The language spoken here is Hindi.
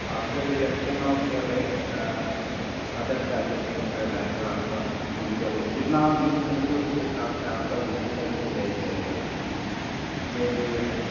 after deduction of your rent other charge के अंदर आएगा आपका बिजली का बिल जितना आप यूज़ करेंगे उसके हिसाब से बिजली का बिल वेरी करेगा ये इंक्लूड है